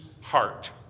heart